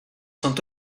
sont